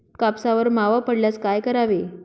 कापसावर मावा पडल्यास काय करावे?